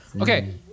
Okay